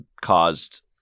caused